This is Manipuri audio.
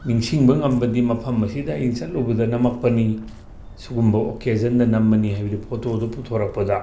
ꯅꯤꯡꯁꯤꯡꯕ ꯉꯝꯕꯗꯤ ꯃꯐꯝ ꯑꯁꯤꯗ ꯑꯩꯅ ꯆꯠꯂꯨꯕꯗ ꯅꯝꯃꯛꯄꯅꯤ ꯁꯤꯒꯨꯝꯕ ꯑꯣꯀꯦꯖꯟꯗ ꯅꯝꯕꯅꯤ ꯍꯥꯏꯕꯗꯤ ꯐꯣꯇꯣꯗꯨ ꯄꯨꯊꯣꯔꯛꯄꯗ